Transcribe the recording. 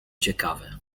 ciekawe